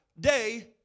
day